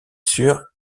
suur